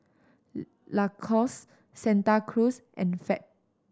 Lacoste Santa Cruz and Fab